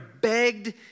begged